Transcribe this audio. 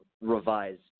revised